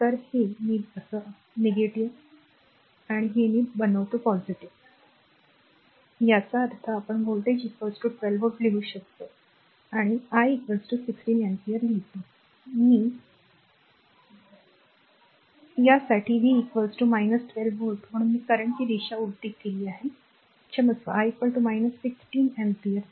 तर हे जर मी बनवतो आणि हे मी बनवतो याचा अर्थ आपण व्होल्टेज 12 व्होल्ट लिहू शकतो आणि हे r I I r 16 ampere लिहितो मी r ing साठी काय केले V 12 व्होल्ट म्हणून मी current ची दिशा उलट केली आहे कारण क्षमस्व I 16 अँपिअर